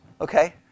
Okay